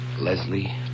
Leslie